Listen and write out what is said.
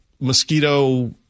mosquito